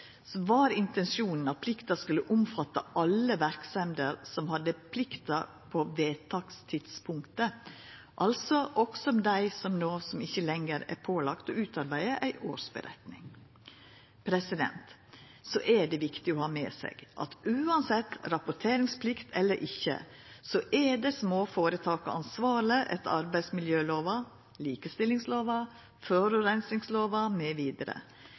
var intensjonen at plikta skulle omfatta alle verksemder som hadde plikta på vedtakstidspunktet, altså også dei som no ikkje lenger er pålagde å utarbeida ei årsmelding. Det er viktig å ha med seg at uansett rapporteringsplikt eller ikkje, er dei små føretaka ansvarlege etter arbeidsmiljølova, likestillingslova,